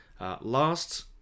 last